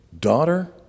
daughter